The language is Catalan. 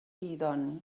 idoni